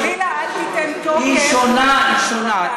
חלילה, אל תיתן תוקף לטענה, היא שונה, היא שונה.